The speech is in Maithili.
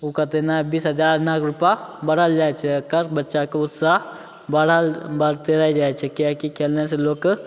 ओ कहतै नहि बीस हजार रूपा बढ़ल जाइ छै बच्चाके उत्साह बढ़ल बढ़ते रहि जाइ छै किएकि खेले से लोकके